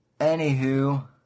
Anywho